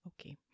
okay